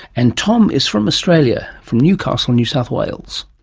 and tom is from australia, from newcastle, new south wales.